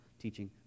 teaching